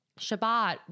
Shabbat